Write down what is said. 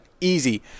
easy